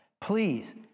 please